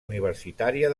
universitària